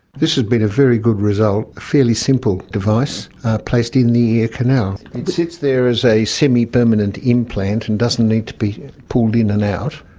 this has been a very good result, a fairly simple device placed in the ear canal. it sits there as a semi-permanent implant and doesn't need to be pulled in and out.